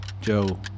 Joe